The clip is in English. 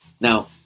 now